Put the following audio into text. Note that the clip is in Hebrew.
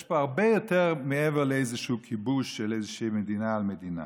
יש פה הרבה יותר מעבר לאיזשהו כיבוש של איזושהי מדינה על מדינה.